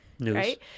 right